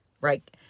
right